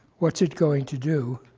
what's it going to do?